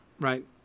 right